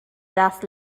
دست